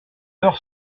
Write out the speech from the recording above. peur